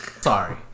Sorry